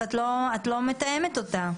את לא מתאמת אותה.